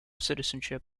citizenship